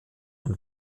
und